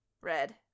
Red